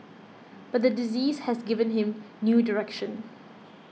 but the disease has given him new direction